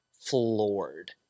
floored